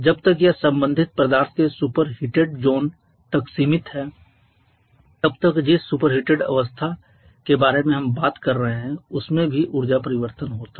जब तक यह संबंधित पदार्थ के सुपरहिटेड ज़ोन तक सीमित है तब तक जिस सुपरहिटेड अवस्था के बारे में हम बात कर रहे हैं उसमें भी ऊर्जा परिवर्तन होता है